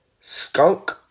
Skunk